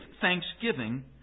thanksgiving